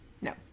No